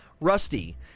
rusty